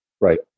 Right